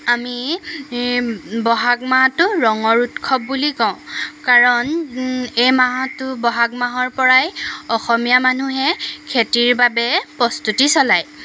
আমি বহাগ মাহটো ৰঙৰ উৎসৱ বুলি কওঁ কাৰণ এই মাহটো বহাগ মাহৰপৰাই অসমীয়া মানুহে খেতিৰ বাবে প্ৰস্তুতি চলায়